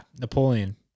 Napoleon